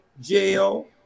jail